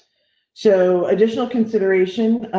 so additional consideration,